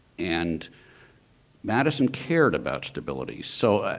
and madison cared about stability. so,